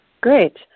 Great